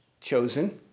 chosen